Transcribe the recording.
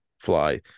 fly